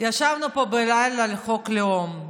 ישבנו פה בלילה לחוק הלאום,